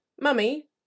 Mummy